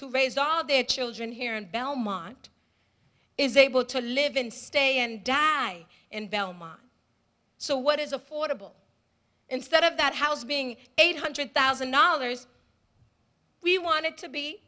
who raise all their children here in belmont is able to live in stay and die in belmont so what is affordable instead of that house being eight hundred thousand dollars we wanted to be